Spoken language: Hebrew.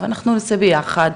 אנחנו נעשה ביחד,